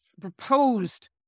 proposed